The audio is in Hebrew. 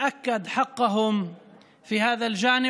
בהתחלה הייתה כוונה שרק חלק מתושבי עכו יקבלו את ההפחתה הזאת,